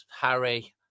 Harry